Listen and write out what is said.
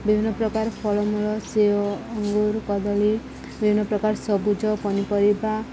ବିଭିନ୍ନ ପ୍ରକାର ଫଳମୂଳ ସେଓ ଅଙ୍ଗୁୁର କଦଳୀ ବିଭିନ୍ନ ପ୍ରକାର ସବୁଜ ପନିପରିବା